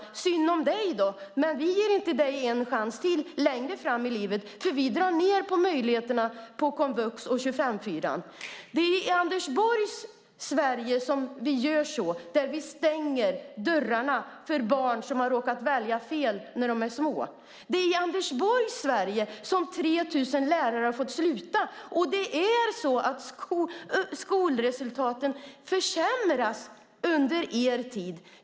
Det är synd om dig. Men vi ger inte dig en chans till längre fram i livet, för vi drar ned på möjligheterna inom komvux och när det gäller 25:4-regeln. Det är i Anders Borgs Sverige som vi gör så, där vi stänger dörrarna för barn som har råkat välja fel när de är små. Det är i Anders Borgs Sverige som 3 000 lärare har fått sluta. Och skolresultaten har försämrats under er tid.